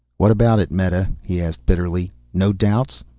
what about it, meta? he asked bitterly. no doubts?